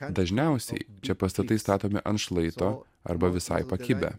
dažniausiai čia pastatai statomi ant šlaito arba visai pakibę